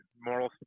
moral